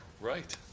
Right